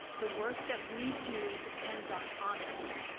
the work that we do depends on honesty.